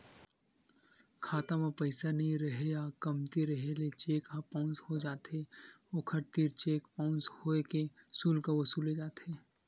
खाता म पइसा नइ रेहे या कमती रेहे ले चेक ह बाउंस हो जाथे, ओखर तीर चेक बाउंस होए के सुल्क वसूले जाथे